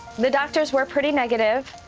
the doctors were pretty negative.